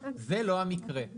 זה לא המקרה.